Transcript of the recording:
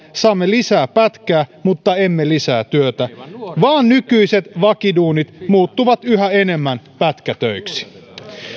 saamme lisää pätkää mutta emme lisää työtä vaan nykyiset vakiduunit muuttuvat yhä enemmän pätkätöiksi